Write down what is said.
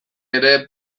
ere